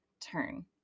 turn